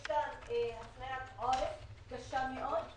יש כאן הפניית עורף קשה מאוד,